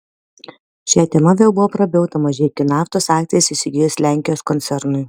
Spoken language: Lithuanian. šia tema vėl buvo prabilta mažeikių naftos akcijas įsigijus lenkijos koncernui